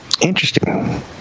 Interesting